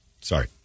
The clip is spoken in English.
Sorry